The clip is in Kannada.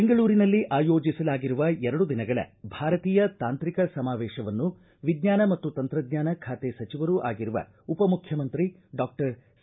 ಬೆಂಗಳೂರಿನಲ್ಲಿ ಆಯೋಜಿಸಲಾಗಿರುವ ಎರಡು ದಿನಗಳ ಭಾರತೀಯ ತಾಂತ್ರಿಕ ಸಮಾವೇಶವನ್ನು ವಿಜ್ಞಾನ ಮತ್ತು ತಂತ್ರಜ್ಞಾನ ಖಾತೆ ಸಚಿವರೂ ಆಗಿರುವ ಉಪಮುಖ್ಣಮಂತ್ರಿ ಡಾಕ್ಟರ್ ಸಿ